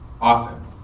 often